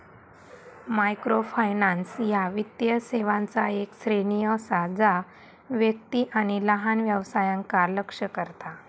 microfinance ह्या वित्तीय सेवांचा येक श्रेणी असा जा व्यक्ती आणि लहान व्यवसायांका लक्ष्य करता